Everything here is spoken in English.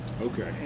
Okay